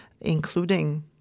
including